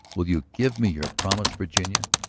will you give me your promise, virginia?